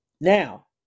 now